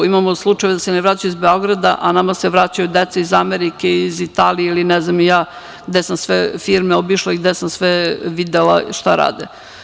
Imamo slučajeve da se ne vraćaju iz Beograda, a nama se vraćaju deca iz Amerike, iz Italije, ili ne znam ni ja gde sam sve firme obišla i gde sam sve videla šta rade.